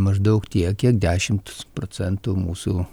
maždaug tiek kiek dešimt procentų mūsų